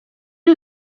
gli